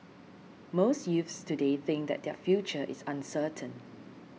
most youths today think that their future is uncertain